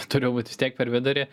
turiu būt vis tiek per vidurį